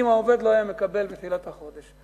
אם העובד לא היה מקבל בתחילת החודש.